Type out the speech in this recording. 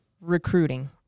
recruiting